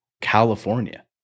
California